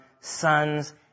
sons